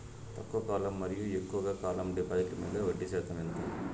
తక్కువ కాలం మరియు ఎక్కువగా కాలం డిపాజిట్లు మీద వడ్డీ శాతం ఎంత?